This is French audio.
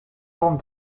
forme